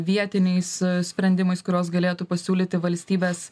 vietiniais sprendimais kuriuos galėtų pasiūlyti valstybės